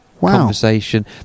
conversation